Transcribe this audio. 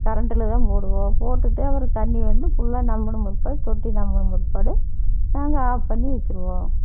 கரண்ட்டில் தான் போடுவோம் போட்டுவிட்டு அப்புறம் தண்ணி வந்து ஃபுல்லாக ரொம்புன பிற்பாடு தொட்டி ரொம்புன பிற்பாடு நாங்கள் ஆஃப் பண்ணி வச்சுடுவோம்